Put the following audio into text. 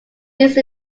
these